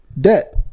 debt